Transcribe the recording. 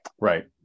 Right